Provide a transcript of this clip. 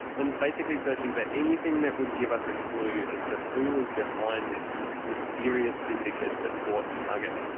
and basically searching for anything that would give us a clue as to who was behind this mysterious syndicate that bought nugget.